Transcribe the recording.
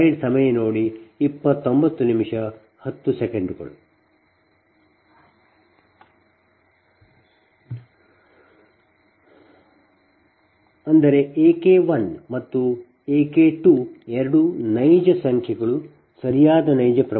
ಅಂದರೆ A K1 ಮತ್ತು A K2 ಎರಡೂ ನೈಜ ಸಂಖ್ಯೆಗಳು ಸರಿಯಾದ ನೈಜ ಪ್ರಮಾಣ